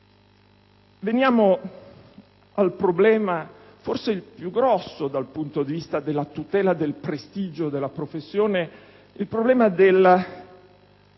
Veniamo al problema, forse il più rilevante dal punto di vista della tutela del prestigio della professione, di cancellare